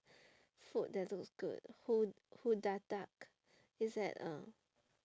food that looks good hoo~ hoodadak it's at uh